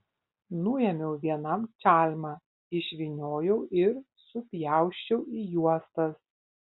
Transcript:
nuėmiau vienam čalmą išvyniojau ir supjausčiau į juostas